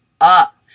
up